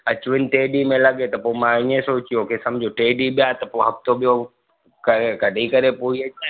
अचु वञु टे ॾींहनि में लॻे त पो मां इअं सोचियो कि समझो टे ॾींहं ॿिया त पो हफ़्तो ॿियो करे कढी करे पो ई अचां न